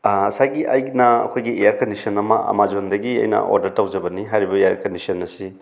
ꯉꯁꯥꯏꯒꯤ ꯑꯩꯅ ꯑꯩꯈꯣꯏꯒꯤ ꯏꯌꯥꯔ ꯀꯟꯗꯤꯁꯟ ꯑꯃ ꯑꯥꯃꯥꯖꯣꯟꯗꯒꯤ ꯑꯩꯅ ꯑꯣꯗꯔ ꯇꯧꯖꯕꯅꯤ ꯍꯥꯏꯔꯤꯕ ꯏꯌꯥꯔ ꯀꯟꯗꯤꯁꯟ ꯑꯁꯤ